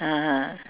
(uh huh)